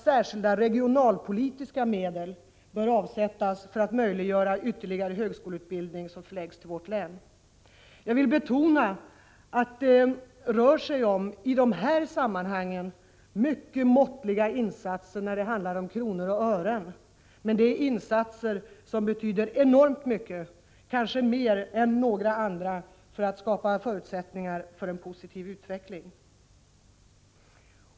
Särskilda regionalpolitiska medel bör därför avsättas för att möjliggöra att ytterligare högskoleutbildningar förläggs till Blekinge. Jag vill betona att det rör sig, i de här sammanhangen, om mycket måttliga insatser räknat i kronor och ören. Men det är insatser som betyder enormt mycket, kanske mer än några andra, för att skapa förutsättningar för en positiv utveckling.